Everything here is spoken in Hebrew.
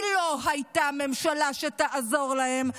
כי לא הייתה ממשלה שתעזור להם.